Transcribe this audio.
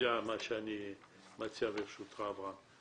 להודיע מה אני מציע, ברשותך, אברהם.